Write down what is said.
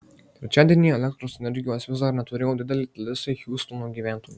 trečiadienį elektros energijos vis dar neturėjo didelė dalis hiūstono gyventojų